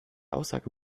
aussage